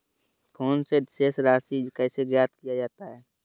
Phone से शेष राशि कैसे ज्ञात किया जाता है?